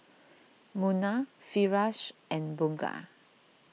Munah Firash and Bunga